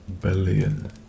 billion